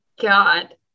god